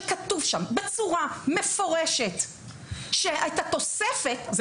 שכתוב שם בצורה מפורשת שאת התוספת זה